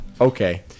Okay